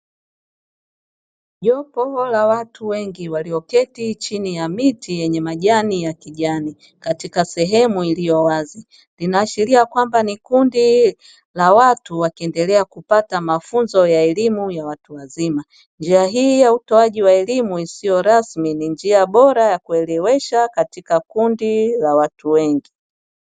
Jopo la watu wengi walio keti chini ya miti yenye majani ya kijani katika sehemu iliyo wazi, lina ashiria kwamba ni kundi la watu wakiendelea kupata mafunzo ya elimu ya watu wazima, njia hii ya utoaji wa elimu isiyo rasmi ni njia bora ya kuelewesha katika kundi la watu wengi.